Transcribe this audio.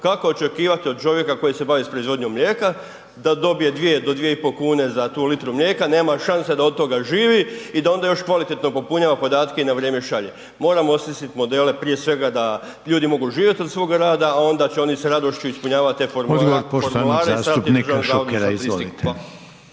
kako očekivati od čovjeka koji se bavi s proizvodnjom mlijeka da dobije 2 do 2,5 kune za tu litru mlijeka, nema šanse da od toga živi i da onda još kvalitetno popunjava podatke i na vrijeme šalje. Moramo osmislit modele prije svega da ljudi mogu živjeti od svoga rada, a onda će oni s radošću ispunjavati te formulare …/Govornici